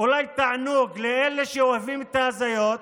תענוג אולי לאלה שאוהבים את ההזיות.